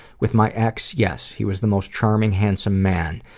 with my ex, yes. he was the most charming, handsome man.